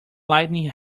lightning